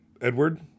Edward